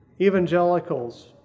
evangelicals